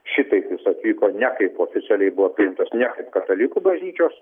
šitaip jis atvyko ne kaip oficialiai buvo priimtas ne kaip katalikų bažnyčios